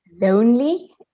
lonely